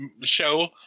show